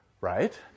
right